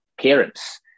parents